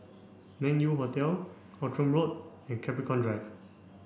Meng Yew Hotel Outram Road and Capricorn Drive